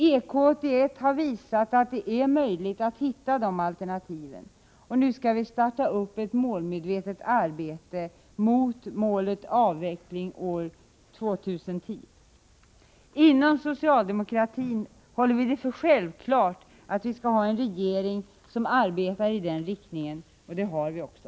EK 81 har visat att det är möjligt att hitta alternativ. Nu startar vi upp ett målmedvetet arbete. Målet är avveckling år 2010. Vi socialdemokrater håller det för självklart att vi skall ha en regering som arbetar i den riktningen, och det har vi också.